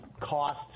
cost